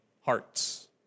hearts